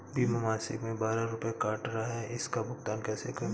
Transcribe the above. बीमा मासिक में बारह रुपय काट रहा है इसका भुगतान कैसे मिलेगा?